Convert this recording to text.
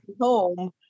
home